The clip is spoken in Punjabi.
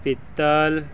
ਪਿੱਤਲ